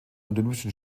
olympischen